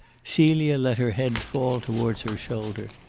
celia let her head fall towards her shoulder.